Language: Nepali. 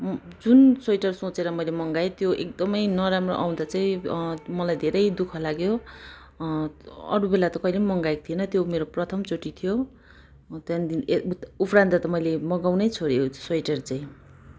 जुन स्वेटर सोचेर मैले मगाएँ त्यो एकदमै नराम्रो आउँदा चाहिँ मलाई धेरै दुःख लाग्यो अरू बेला त कहिल्यै पनि मगाएको थिइनँ त्यो मेरो प्रथम चोटि थियो म त्यहाँदेखि ए उपरान्त त मैले मगाउनै छोडेँ स्वेटर चाहिँ